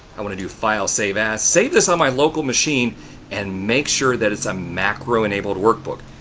i'm going to do file, save as, save this on my local machine and make sure that it's a macro-enabled workbook.